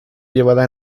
llevada